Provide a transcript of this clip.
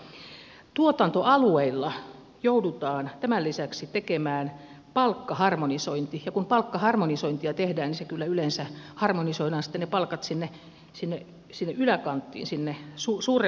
tuotantoalueilla joudutaan tämän lisäksi tekemään palkkaharmonisointi ja kun palkkaharmonisointia tehdään niin siinä kyllä yleensä sitten harmonisoidaan ne palkat sinne yläkanttiin sinne suurempaan summaan